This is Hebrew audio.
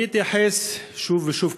אני אתייחס שוב ושוב,